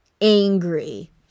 angry